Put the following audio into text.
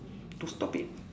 to stop it